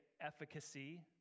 efficacy